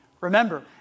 Remember